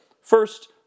First